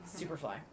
Superfly